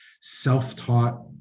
self-taught